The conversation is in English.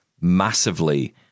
massively